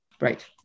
Right